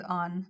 on